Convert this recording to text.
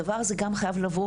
הדבר הזה גם חייב לבוא,